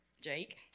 Jake